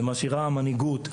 ומשאירה מנהיגות,